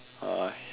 uh why